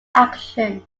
action